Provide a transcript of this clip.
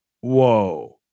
whoa